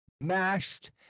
mashed